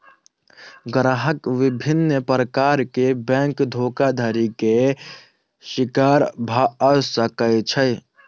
ग्राहक विभिन्न प्रकार के बैंक धोखाधड़ी के शिकार भअ सकै छै